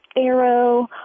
arrow